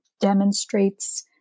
demonstrates